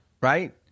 right